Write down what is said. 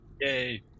Yay